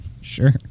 sure